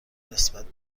نسبت